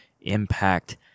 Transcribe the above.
impact